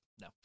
No